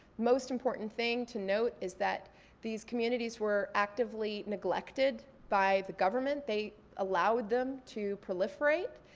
most important thing to note is that these communities were actively neglected by the government. they allowed them to proliferate.